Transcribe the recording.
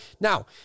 Now